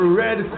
red